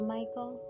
Michael